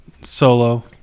solo